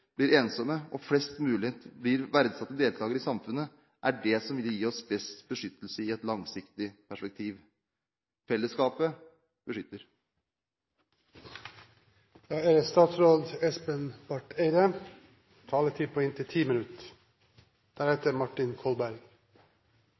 blir verdsatte deltakere i samfunnet, er det som vil gi oss best beskyttelse i et langsiktig perspektiv. Fellesskapet beskytter.